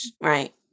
Right